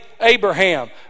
abraham